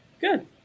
Good